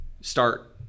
start